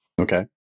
Okay